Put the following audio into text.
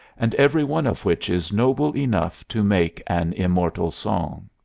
and every one of which is noble enough to make an immortal song.